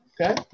Okay